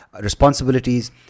responsibilities